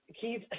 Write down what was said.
Keith